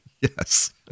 Yes